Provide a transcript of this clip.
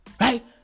Right